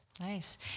nice